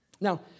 Now